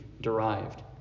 derived